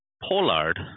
Pollard